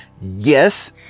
yes